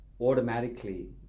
automatically